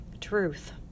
Truth